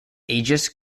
aegis